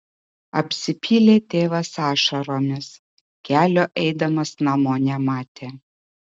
apsipylė tėvas ašaromis kelio eidamas namo nematė